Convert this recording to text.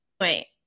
Wait